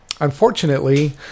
unfortunately